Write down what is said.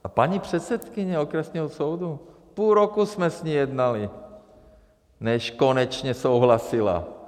A paní předsedkyně okresního soudu, půl roku jsme s ní jednali, než konečně souhlasila.